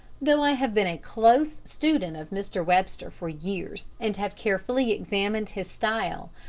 though i have been a close student of mr. webster for years and have carefully examined his style,